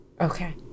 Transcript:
Okay